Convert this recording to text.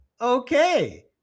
Okay